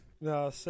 No